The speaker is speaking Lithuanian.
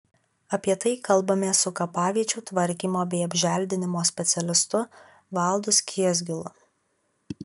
apie tai kalbamės su kapaviečių tvarkymo bei apželdinimo specialistu valdu skiesgilu